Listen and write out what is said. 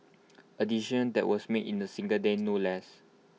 A decision that was made in A single day no less